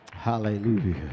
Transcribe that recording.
Hallelujah